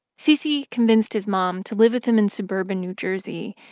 cc convinced his mom to live with him in suburban new jersey,